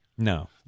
No